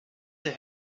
des